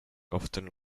often